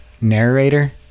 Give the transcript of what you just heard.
narrator